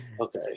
okay